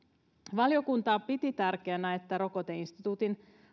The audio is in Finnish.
valiokunta piti tärkeänä että rokoteinstituutin